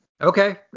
Okay